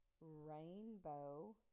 rainbow